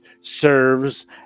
serves